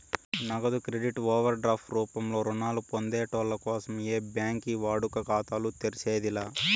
నగదు credit overdraft రూపంలో రుణాలు పొందేటోళ్ళ కోసం ఏ బ్యాంకి వాడుక ఖాతాలు తెర్సేది లా